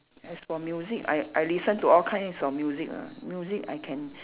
as for music I I listen to all kinds of music ah music I can